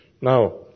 Now